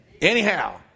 Anyhow